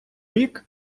рік